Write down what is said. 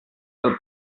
del